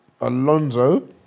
Alonso